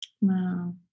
Wow